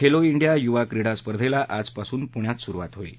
खप्ती India युवा क्रीडा स्पर्धेला आजपासून पुण्यात सुरुवात होईल